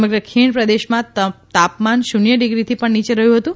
સમગ્ર ખીણ પ્રદેશમાં તાપમાન શૂન્ય ડીગ્રીથી પણ નીચે રહયું હતું